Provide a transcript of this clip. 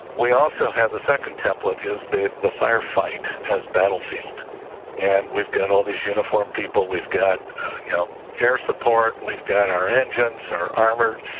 we also have the second template is the the fire fight has battlefield and we've got all these uniformed people we've got no yeah air support. we've got our engines are armored.